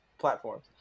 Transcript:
platforms